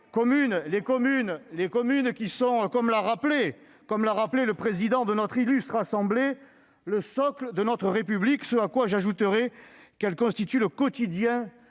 Les communes sont, comme l'a rappelé le président de notre illustre assemblée, le socle de notre République. J'ajoute qu'elles constituent le quotidien